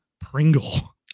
Pringle